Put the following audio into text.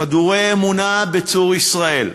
חדורי אמונה בצור ישראל,